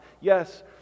Yes